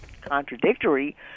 contradictory